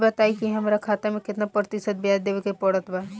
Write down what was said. ई बताई की हमरा केतना प्रतिशत के ब्याज देवे के पड़त बा?